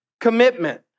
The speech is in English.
commitment